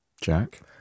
Jack